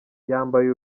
yambaye